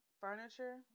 furniture